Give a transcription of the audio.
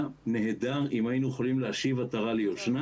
נהדר אם היינו יכולים להשיב עטרה ליושנה,